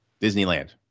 Disneyland